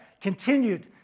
continued